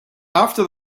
after